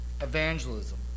Evangelism